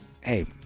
hey